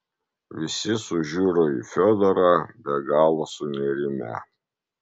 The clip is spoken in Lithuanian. visi sužiuro į fiodorą be galo sunerimę